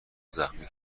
زخمی